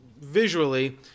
visually